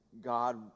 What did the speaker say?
god